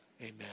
Amen